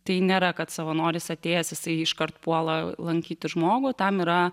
tai nėra kad savanoris atėjęs jisai iškart puola lankyti žmogų tam yra